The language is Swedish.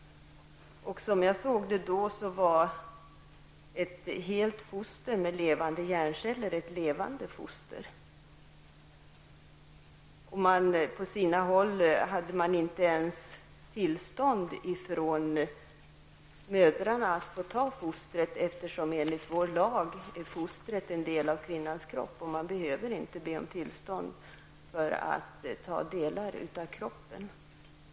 Som jag såg det då var ett helt foster med levande hjärnceller ett levande foster. På sina håll hade man inte ens tillstånd från mödrarna att få ta fostret, eftersom foster enligt vår lag är en del av kvinnans kropp, och man man behöver be om tillstånd för att ta delar av kroppen.